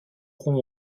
ronds